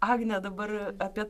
agne dabar apie